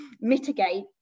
mitigate